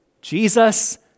Jesus